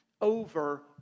over